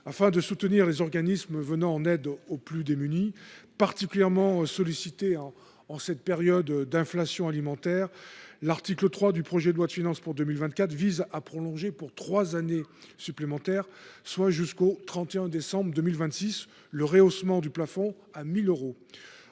afin de soutenir les organismes qui viennent en aide aux plus démunis, particulièrement sollicités en cette période d’inflation des prix alimentaires. L’article 3 du projet de loi de finances pour 2024 vise à prolonger pour trois années supplémentaires, soit jusqu’au 31 décembre 2026, le rehaussement du plafond à 1 000 euros.